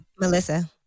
Melissa